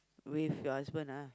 with your husband ah